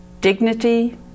dignity